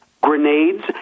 grenades